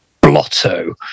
Blotto